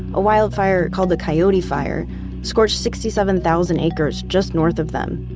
a wildfire called the coyote fire scorched sixty seven thousand acres just north of them.